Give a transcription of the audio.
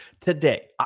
Today